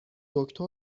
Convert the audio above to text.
دکتر